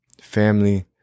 family